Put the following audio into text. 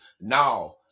Now